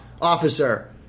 Officer